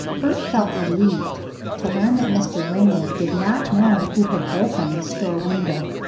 bert felt relieved to learn that mr. ringley did not know who had broken the store window,